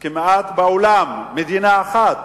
אין כמעט מדינה אחת